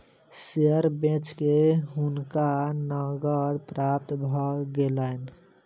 share बेच के हुनका नकद प्राप्त भ गेलैन